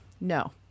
No